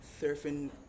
surfing